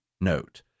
note